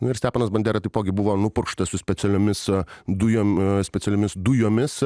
ir steponas bandera taipogi buvo nupurkštas su specialiomis dujom specialiomis dujomis